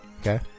okay